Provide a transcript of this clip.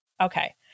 Okay